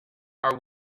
are